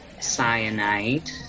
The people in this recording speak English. cyanide